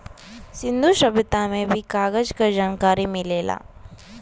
सिंन्धु सभ्यता में भी कागज क जनकारी मिलेला